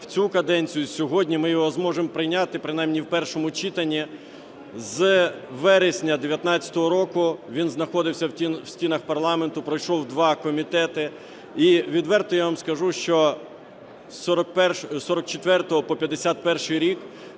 в цю каденцію сьогодні ми його зможемо прийняти принаймні в першому читанні. З вересня 19-го року він знаходився в стінах парламенту, пройшов два комітети. І відверто я вам скажу, що з 44-го по 51-й рік